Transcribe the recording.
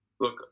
Look